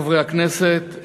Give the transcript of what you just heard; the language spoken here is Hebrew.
תודה רבה, חבר הכנסת פייגלין.